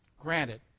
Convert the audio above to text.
Granted